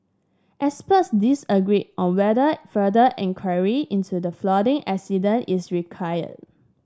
experts disagreed on whether further inquiry into the flooding accident is required